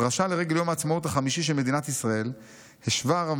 בדרשה לרגל יום העצמאות החמישי של מדינת ישראל השווה הרב